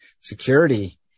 security